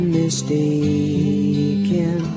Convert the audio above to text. mistaken